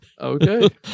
Okay